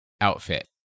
outfit